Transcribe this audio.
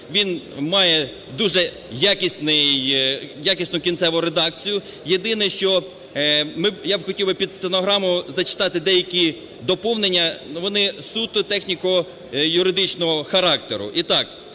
він має дуже якісну кінцеву редакцію. Єдине, що я б хотів би під стенограму зачитати деякі доповнення, вони суто техніко-юридичного характеру.